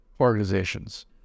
organizations